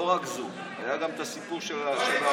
לא רק זו, היה גם הסיפור של השיניים.